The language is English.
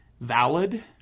valid